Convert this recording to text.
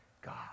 God